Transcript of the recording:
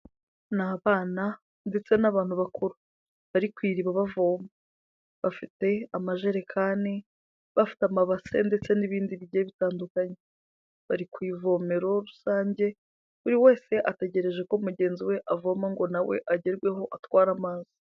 Ni abana ndetse n'abantu bakuru, bari ku iriba bavoma, bafite amajerekani, bafite amabase ndetse n'ibindi bigiye bitandukanye, bari ku ivomero rusange, buri wese ategereje ko mugenzi we avoma ngo nawe agerweho atware amazi.